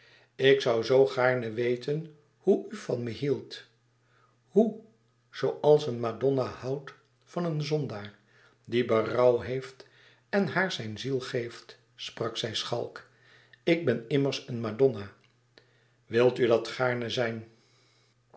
ik zoû zoo gaarne weten hoè u van me hield hoe zooals een madonna houdt van een zondaar die berouw heeft en haar zijn ziel geeft sprak zij schalk ik ben immers een madonna wil u dat gaarne zijn